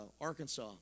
Arkansas